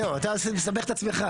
זהו, אתה מסבך את עצמך.